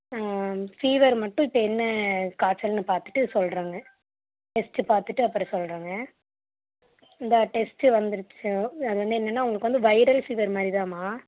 fever மட்டும் இப்போ என்ன காய்ச்சல்னு பார்த்துட்டு சொல்றேங்க டெஸ்ட் பார்த்துட்டு அப்புறம் சொல்றேங்க இந்த டெஸ்ட் வந்திருச்சு அது வந்து என்னன்னா உங்களுக்கு வந்து வைரல் ஃபீவர் மாதிரிதாம்மா